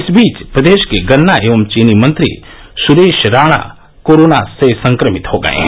इस बीच प्रदेश के गन्ना एवं चीनी मंत्री सुरेश राणा कोरोना से संक्रमित हो गये हैं